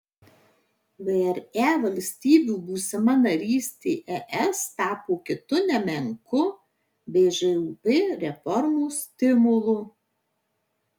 vre valstybių būsima narystė es tapo kitu nemenku bžūp reformos stimulu